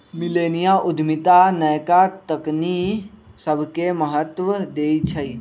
मिलेनिया उद्यमिता नयका तकनी सभके महत्व देइ छइ